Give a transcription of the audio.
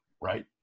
right